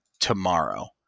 tomorrow